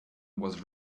was